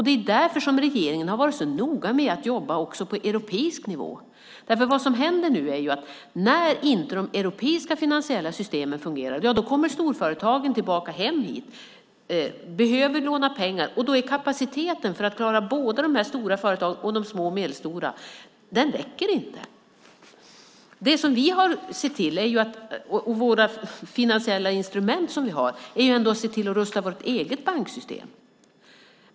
Det är därför som regeringen har varit så noga med att jobba också på europeisk nivå. Det som händer nu är att när de europeiska systemen inte fungerar kommer storföretagen tillbaka hem hit och behöver låna pengar. Då finns det inte tillräcklig kapacitet för att klara både de stora företagen och de små och medelstora. Våra finansiella instrument är att se till att rusta vårt eget banksystem.